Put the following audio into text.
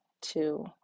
two